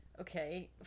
Okay